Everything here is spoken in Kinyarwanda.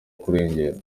kurengera